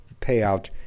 payout